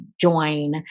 join